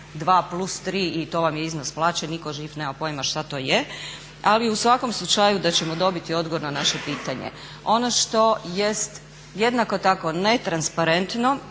plus tri i to vam je iznos plaće. Nitko živ nema pojma šta to je. Ali u svakom slučaju da ćemo dobiti odgovor na naše pitanje. Ono što jest jednako tako netransparentno,